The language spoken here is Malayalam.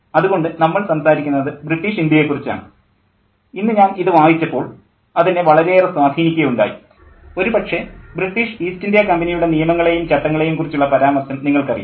അതുകൊണ്ട് നമ്മൾ സംസാരിക്കുന്നത് ബ്രിട്ടീഷ് ഇന്ത്യയെക്കുറിച്ചാണ് ഇന്ന് ഞാൻ ഇത് വായിച്ചപ്പോൾ അത് എന്നെ വളരെയേറെ സ്വാധീനിക്കുകയുണ്ടായി ഒരുപക്ഷേ ബ്രിട്ടീഷ് ഈസ്റ്റ് ഇന്ത്യാ കമ്പനിയുടെ നിയമങ്ങളെയും ചട്ടങ്ങളെയും കുറിച്ചുള്ള പരാമർശം നിങ്ങൾക്കറിയാം